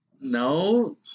No